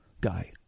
guy